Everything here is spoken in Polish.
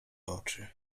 oczy